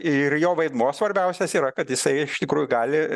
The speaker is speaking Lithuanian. ir jo vaidmuo svarbiausias yra kad jisai iš tikrųjų gali